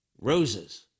Roses